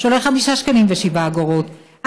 שעולה 5.07 שקלים,